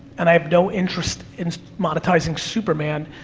and i have no interest in monetizing superman,